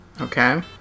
Okay